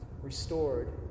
restored